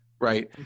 right